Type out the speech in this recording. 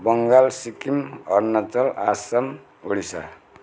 Bengal Sikkim Arunachal Assam Odisha